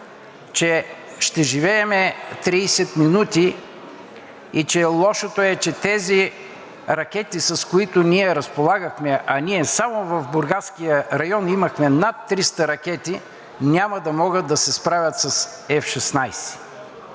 че ще живеем 30 минути и че лошото е, че тези ракети, с които ние разполагахме, а само в Бургаския район имахме над 300 ракети, няма да могат да се справят с F-16.